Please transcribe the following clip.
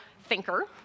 thinker